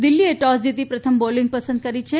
દિલ્હીએ toss જીતી પ્રથમ bowling પસંદ કરી છે